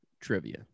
trivia